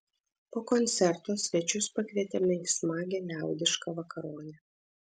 po koncerto svečius pakvietėme į smagią liaudišką vakaronę